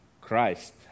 christ